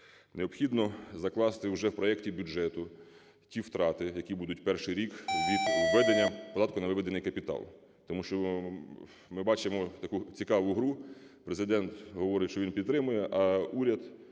Необхідно закласти уже в проекті бюджету ті втрати, які будуть перший рік від введення податку на виведений капітал, тому що ми бачимо таку цікаву гру Президент: говорить, що він підтримує, а уряд